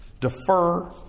Defer